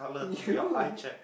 you need